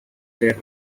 their